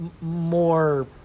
more